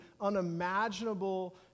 unimaginable